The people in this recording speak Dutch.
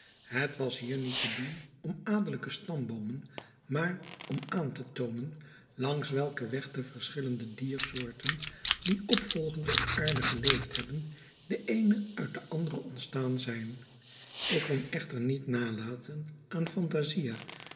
het was hier niet te doen om adellijke stamboomen maar om aan te toonen langs welken weg de verschillende diersoorten die opvolgend op aarde geleefd hebben de eene uit de andere ontstaan zijn ik kon echter niet nalaten aan phantasia